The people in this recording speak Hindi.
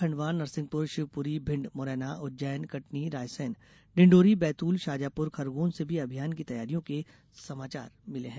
खंडवा नरसिंहपुर शिवपुरी भिंड मुरैना उज्जैन कटनी रायसेन डिंडोरी बैतूल शाजापुर खरगोन से भी अभियान की तैयारियों के समाचार मिले हैं